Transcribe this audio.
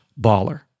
baller